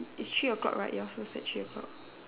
its three o'clock right yours also at three o'clock